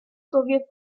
soviet